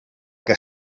que